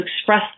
express